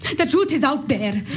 the truth is out there